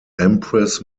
empress